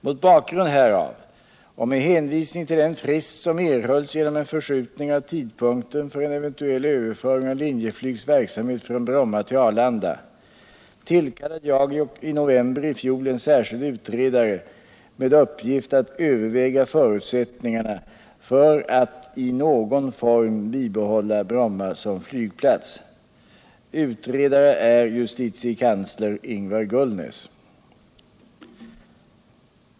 Mot bakgrund härav och med hänvisning till den frist som erhölls genom en förskjutning av tidpunkten för en eventuell överföring av Linjeflygs verksamhet från Bromma till Arlanda tillkallade jag i november i fjol en särskild utredare med uppgift att överväga förutsättningarna för att i någon form bibehålla Bromma som flygplats. Utredare är justitiekansler Ingvar Gullnäs.